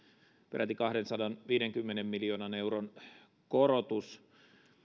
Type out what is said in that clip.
peräti kahdensadanviidenkymmenen miljoonan euron korotus